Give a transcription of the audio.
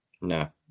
No